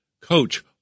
Coach